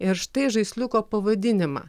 ir štai žaisliuko pavadinimą